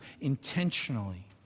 intentionally